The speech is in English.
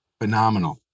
phenomenal